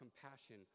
compassion